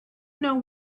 know